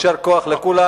יישר כוח לכולם.